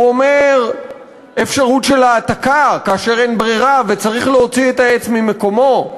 הוא אומר אפשרות של העתקה כאשר אין ברירה וצריך להוציא את העץ ממקומו,